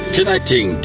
Connecting